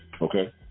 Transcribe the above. okay